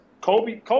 Kobe